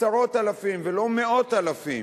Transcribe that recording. עשרות אלפים, ולא מאות אלפים,